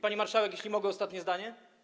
Pani marszałek, jeśli mogę, ostatnie zdanie.